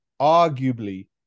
arguably